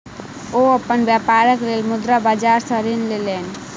ओ अपन व्यापारक लेल मुद्रा बाजार सॅ ऋण लेलैन